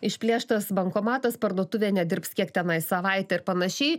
išplėštas bankomatas parduotuvė nedirbs kiek tenai savaitę ir panašiai